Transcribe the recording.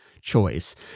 choice